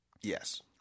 Yes